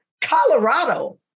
Colorado